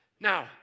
Now